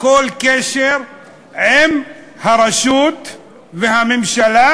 כל קשר עם הרשות והממשלה,